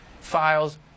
files